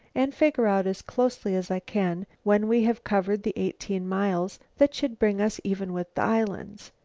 and figure out as closely as i can when we have covered the eighteen miles that should bring us even with the islands.